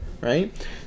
right